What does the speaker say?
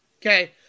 Okay